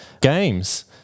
games